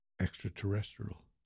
extraterrestrial